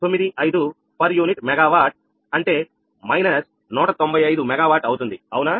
95 per unit megawatt అంటే −195 megawatt అవునా